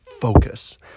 focus